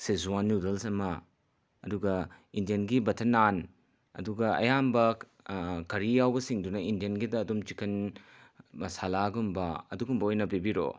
Sichuan noodles ꯑꯃ ꯑꯗꯨꯒ ꯏꯟꯗꯤꯌꯟꯒꯤ ꯕꯠꯇꯔ ꯅꯥꯟ ꯑꯗꯨꯒ ꯑꯌꯥꯝꯕ ꯀꯔꯤ ꯌꯥꯎꯕꯁꯤꯡꯗꯨꯅ ꯏꯟꯗꯤꯌꯟꯒꯤꯗ ꯑꯗꯨꯝ ꯆꯤꯛꯀꯟ ꯃꯁꯥꯂꯥꯒꯨꯝꯕ ꯑꯗꯨꯒꯨꯝꯕ ꯑꯣꯏꯅ ꯄꯤꯕꯤꯔꯛꯑꯣ